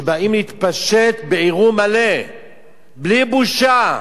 שבאים להתפשט בעירום מלא בלי בושה.